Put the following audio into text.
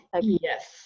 Yes